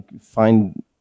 find